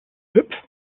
bib